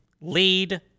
Lead